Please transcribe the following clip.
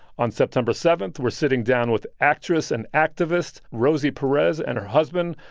on september seven, we're sitting down with actress and activist rosie perez and her husband,